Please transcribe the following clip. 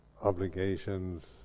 Obligations